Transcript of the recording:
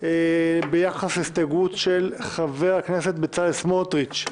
ביחס להסתייגות של חבר הכנסת בצלאל סמוטריץ'.